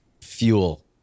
fuel